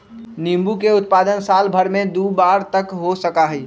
नींबू के उत्पादन साल भर में दु बार तक हो सका हई